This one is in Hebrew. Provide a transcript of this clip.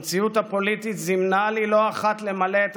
המציאות הפוליטית זימנה לי לא אחת למלא את